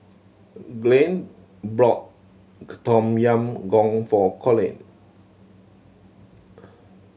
Glynn brought Tom Yam Goong for Colin